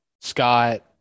Scott